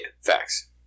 facts